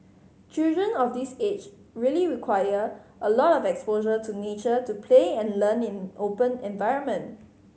children of this age really require a lot of exposure to nature to play and learn in open environment